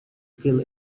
kill